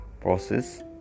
process